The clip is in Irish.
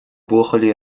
buachaillí